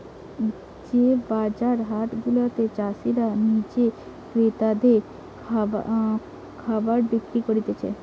যে বাজার হাট গুলাতে চাষীরা নিজে ক্রেতাদের খাবার বিক্রি করতিছে